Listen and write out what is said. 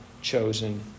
chosen